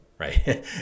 Right